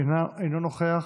אינו נוכח,